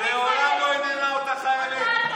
את הרי, מעולם לא עניינה אותך האמת.